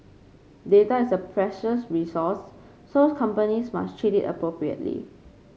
data is a precious resource so companies must treat it appropriately